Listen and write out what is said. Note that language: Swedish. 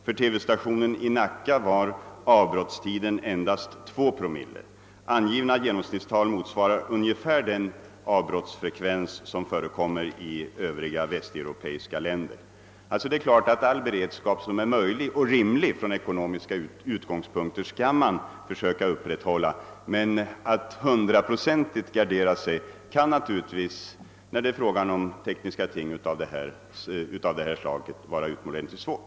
För TV-stationen i Nacka var avbrottstiden endast 2 promille. Angivna genomsnittstal motsvarar ungefär den avbrottsfrekvens som förekommer i övriga västeuropeiska länder. Det är klart att man skall försöka upprätthålla all beredskap som är möjlig och rimlig från ekonomiska utgångspunkter, men att hundraprocentigt gardera sig när det är fråga om tekniska ting av detta slag kan naturligtvis vara utomordentligt svårt.